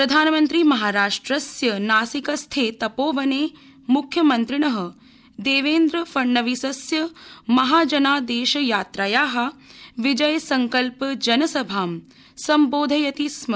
प्रधानमन्त्री महाराष्ट्रस्य नासिकस्थे तपोवने मुख्यमन्त्रिण देवेन्द्र फणनवीसस्य महाजनादेशयात्राया विजय संकल्प जनसभां सम्बोधयति स्म